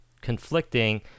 conflicting